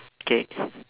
okay